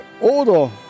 oder